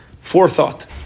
forethought